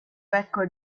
becco